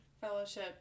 fellowship